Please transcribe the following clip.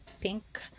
pink